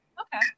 Okay